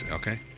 okay